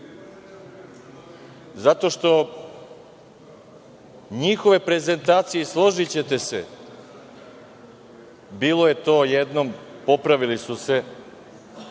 zato što njihove prezentacije, složićete se, bilo je to jednom, popravili su se,